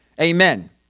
amen